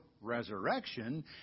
resurrection